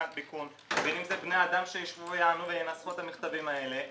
בין אם זה בני אדם שישבו ויענו וינסחו את המכתבים האלה,